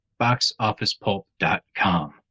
Boxofficepulp.com